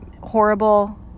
horrible